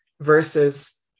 versus